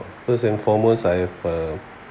first and foremost I have a